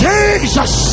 Jesus